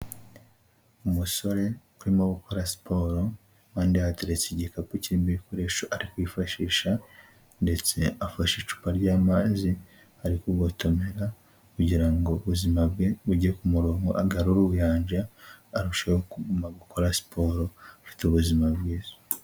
Umusore urimo gukora siporo iruhande hateretse igikapu cy'irimo bikoresho ari kwifashisha ndetse afashe icupa ry'amazi arikugotomera kugira ngo ubuzima bwe bujye ku murongo agarura ubuyanja arushaho kuguma gukora siporo afite ubuzima bwiza.